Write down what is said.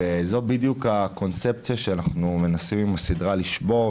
זו בדיוק הקונספציה שאנחנו מנסים לשבור בסדרה,